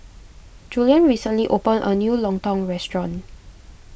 Julian recently opened a new Lontong restaurant